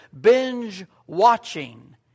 binge-watching